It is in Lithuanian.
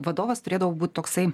vadovas turėdavo būt toksai